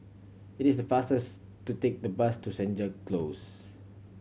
it is the faster to take the bus to Senja Close